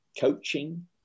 coaching